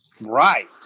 right